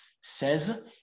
says